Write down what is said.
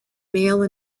male